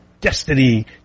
destiny